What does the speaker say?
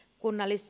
kunnalis